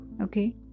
Okay